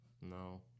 No